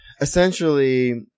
essentially